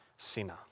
sinner